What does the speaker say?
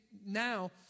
now